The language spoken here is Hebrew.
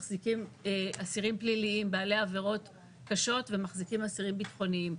מחזיקים אסירים פליליים בעלי עבירות קשות ומחזיקים אסירים ביטחוניים.